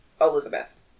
Elizabeth